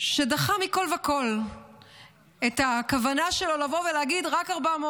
שדחה מכול וכול את הכוונה שלו לבוא ולהגיד: רק 400,